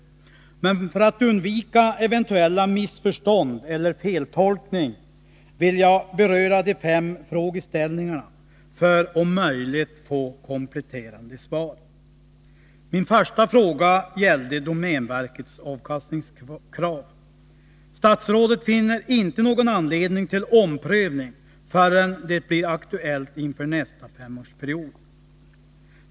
Men för att undvika eventuella missförstånd eller en feltolkning vill jag beröra de fem frågeställningarna för att, om möjligt, få kompletterande svar. Min första fråga gällde domänverkets avkastningskrav. Statsrådet finner inte någon anledning till omprövning förrän det blir aktuellt inför nästa femårsperiod.